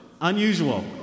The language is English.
Unusual